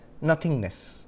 nothingness